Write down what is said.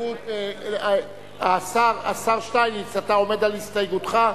השר שטייניץ, אתה עומד על הסתייגותך?